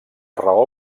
raó